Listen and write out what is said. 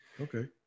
Okay